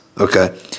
okay